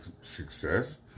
success